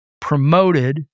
promoted